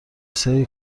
سری